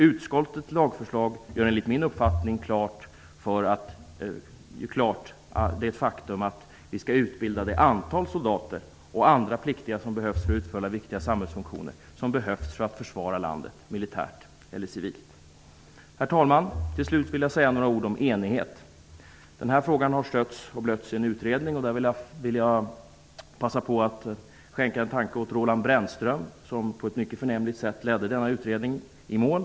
Utskottets lagförslag klargör enligt min uppfattning det faktum att vi skall utbilda det antal soldater och andra pliktiga för att fullgöra viktiga samhällsfunktioner som behövs för att försvara landet militärt eller civilt. Herr talman! Till slut vill jag säga några ord om enighet. Frågan har stötts och blötts i en utredning. Jag vill passa på att skänka en tanke åt Roland Brännström, som på ett mycket förnämligt sätt ledde utredningen i mål.